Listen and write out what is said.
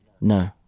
No